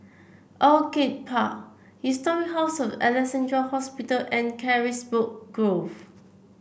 Orchid Park Historic House of Alexandra Hospital and Carisbrooke Grove